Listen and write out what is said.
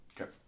Okay